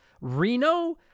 Reno